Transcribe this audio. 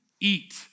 eat